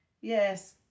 Yes